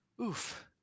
Oof